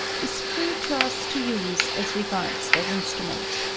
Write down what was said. is free to us to use as regards that instrument.